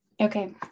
Okay